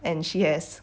and she has